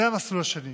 זה המסלול השני.